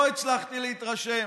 לא הצלחתי להתרשם.